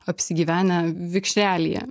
apsigyvenę vikšrelyje